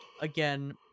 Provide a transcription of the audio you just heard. again